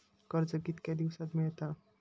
कर्ज कितक्या दिवसात मेळता?